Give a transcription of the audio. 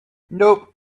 nope